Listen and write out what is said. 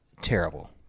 terrible